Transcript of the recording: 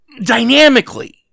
dynamically